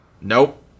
Nope